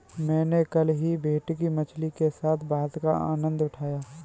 मैंने कल ही भेटकी मछली के साथ भात का आनंद उठाया